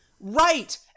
Right